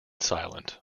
silent